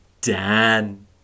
Dan